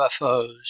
UFOs